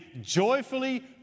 joyfully